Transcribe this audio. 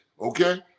okay